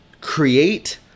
create